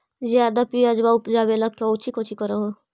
ज्यादा प्यजबा उपजाबे ले कौची कौची कर हो?